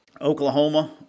Oklahoma